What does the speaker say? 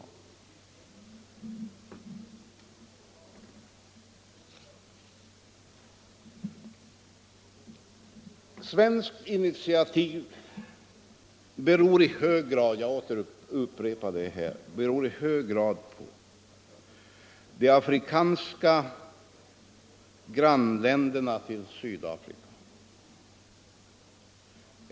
Ett svenskt initiativ beror i hög grad — jag upprepar det — på de afrikanska grannländerna till Sydafrika.